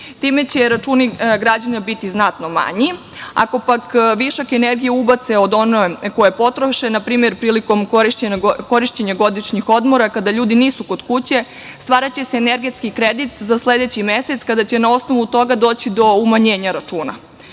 Time će računi građana biti znatno manji. Ako, pak, višak energije ubace od one koja je potrošena, na primer, prilikom korišćenja godišnjih odmora, kada ljudi nisu kod kuće, stvaraće se energetski kredit za sledeći mesec, kada će na osnovu toga doći do umanjenja računa.